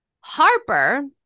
Harper